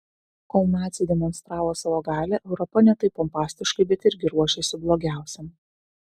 kol naciai demonstravo savo galią europa ne taip pompastiškai bet irgi ruošėsi blogiausiam